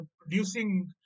producing